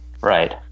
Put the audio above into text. Right